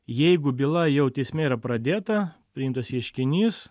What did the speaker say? jeigu byla jau teisme yra pradėta priimtas ieškinys